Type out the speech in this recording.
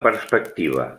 perspectiva